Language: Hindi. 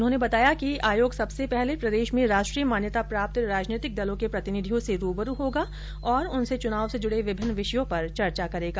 उन्होंने बताया कि आयोग सबसे पहले प्रदेश में राष्ट्रीय मान्यता प्राप्त राजनीतिक दलों के प्रतिनिधियों से रूबरू होगा और उनसे चुनाव से जुड़े विभिन्न विषयों पर चर्चा करेगा